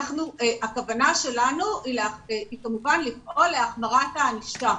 הכוונה שלנו היא כמובן לפעול להחמרת הענישה,